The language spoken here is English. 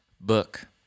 book